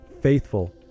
faithful